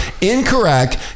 incorrect